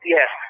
Yes